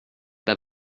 pas